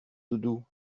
doudou